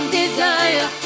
desire